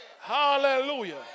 Hallelujah